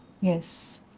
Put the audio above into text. Yes